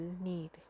need